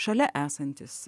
šalia esantys